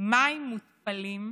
מים מותפלים,